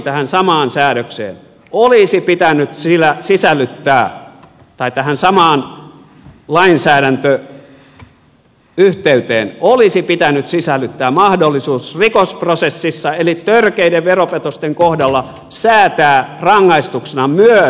tähän samaan säännöksiä olisi pitänyt sillä sisällyttää päätään samaan lainsäädäntöyhteyteen olisi pitänyt sisällyttää mahdollisuus rikosprosessissa eli törkeiden veropetosten kohdalla säätää rangaistuksena myös veronkorotus